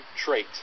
trait